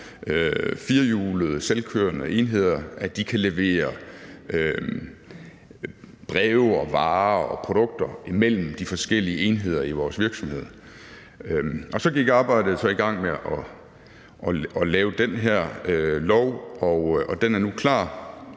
små firehjulede selvkørende enheder kan levere breve og varer og produkter imellem de forskellige enheder i vores virksomhed. Så gik arbejde i gang med at lave den her lov, og den er nu klar.